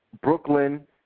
Brooklyn